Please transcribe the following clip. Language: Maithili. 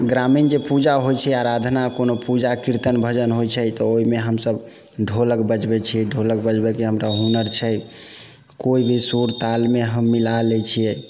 ग्रामीण जे पूजा होइ छै या कोनो आराधना या कीर्तन भजन होइ छै तऽ ओइमे हमसभ ढ़ोलक बजबै छियै ढ़ोलक बजबै के हमरा हुनर छै कोइ भी सुरतालमे हम मिला लय छियै